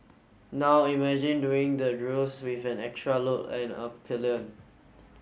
now imagine doing the drills with an extra load and a pillion